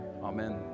Amen